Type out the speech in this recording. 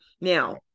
Now